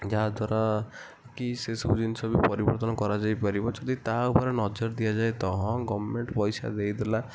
ଯାହାଦ୍ୱାରା କି ସେ ସବୁ ଜିନିଷ ବି ପରିବର୍ତ୍ତନ କରାଯାଇପାରିବ ଯଦି ତା ଉପରେ ନଜର ଦିଆଯାଏ ତ ହଁ ଗଭର୍ଣ୍ଣମେଣ୍ଟ ପଇସା ଦେଇଦେଲା